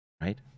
right